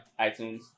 iTunes